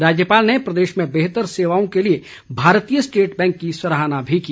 राज्यपाल ने प्रदेश में बेहतर सेवाओं के लिए भारतीय स्टेट बैंक की सराहना भी की